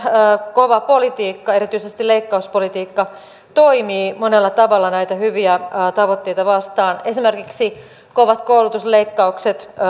kova politiikka erityisesti leikkauspolitiikka toimii monella tavalla näitä hyviä tavoitteita vastaan esimerkiksi kovat koulutusleikkaukset